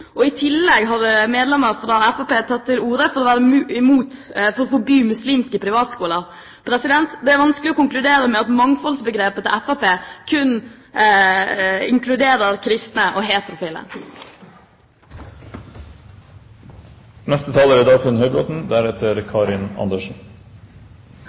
I tillegg har medlemmer av Fremskrittspartiet tatt til orde for å forby muslimske privatskoler. Det er vanskelig å konkludere med noe annet enn at mangfoldsbegrepet til Fremskrittspartiet kun inkluderer kristne og